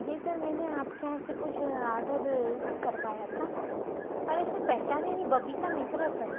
जी sir मैंने आप के यहाँ से कुछ ऑर्डर करवाया था अरे सर पहचाने नहीं बबीता मिश्रा सर